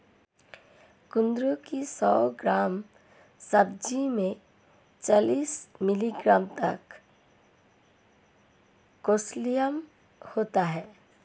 कुंदरू की सौ ग्राम सब्जी में चालीस मिलीग्राम तक कैल्शियम होता है